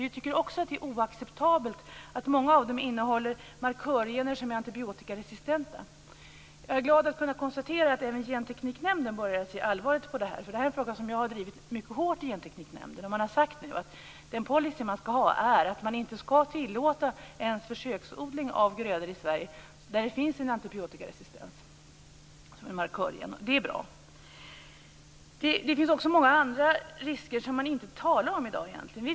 Vi tycker också att det är oacceptabelt att många av dem innehåller markörgener som är antibiotikaresistenta. Jag är glad att kunna konstatera att även Gentekniknämnden börjar se allvarligt på detta. Det är en fråga som jag drivit mycket hårt i Gentekniknämnden. Man har sagt nu att den policy man skall ha är att man inte skall tillåta ens försöksodling av grödor i Sverige där det finns en antibiotikaresistens hos markörgener. Det är bra. Det finns också andra risker som man inte talar om i dag.